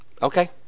okay